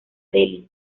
delhi